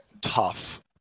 tough